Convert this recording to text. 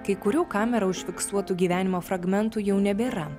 kai kurių kamera užfiksuotų gyvenimo fragmentų jau nebėra